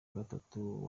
gatatu